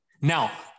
Now